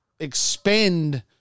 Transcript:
expend